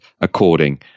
according